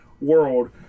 world